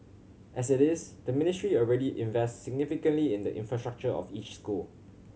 as it is the Ministry already invests significantly in the infrastructure of each school